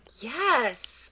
Yes